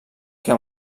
que